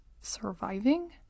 surviving